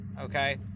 Okay